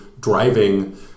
driving